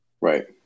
Right